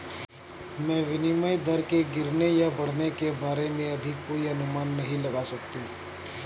मैं विनिमय दर के बढ़ने या गिरने के बारे में अभी कोई अनुमान नहीं लगा सकती